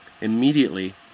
immediately